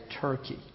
Turkey